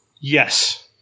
Yes